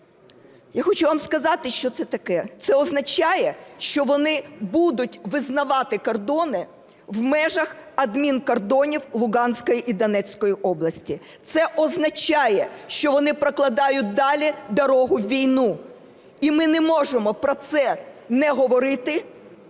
Я хочу вам сказати, що це таке – це означає, що вони будуть визнавати кордони в межах адмінкордонів Луганської і Донецької області. Це означає, що вони прокладають далі дорогу в війну. І ми не можемо про це не говорити,